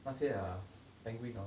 那些 err penguin hor